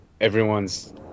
everyone's